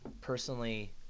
personally